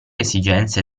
esigenze